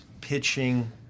pitching